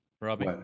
Robbie